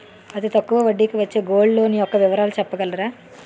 అతి తక్కువ వడ్డీ కి వచ్చే గోల్డ్ లోన్ యెక్క వివరాలు చెప్పగలరా?